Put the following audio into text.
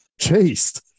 chased